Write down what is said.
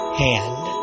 hand